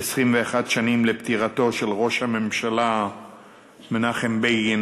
היום אנחנו מציינים 21 שנים לפטירתו של ראש הממשלה מנחם בגין,